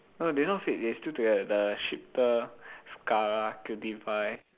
no they not fake they still together the shiphtur scarra qtpie